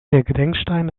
gedenkstein